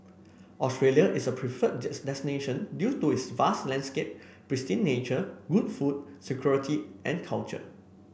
Australia is a preferred destination due to its vast landscape pristine nature good food security and culture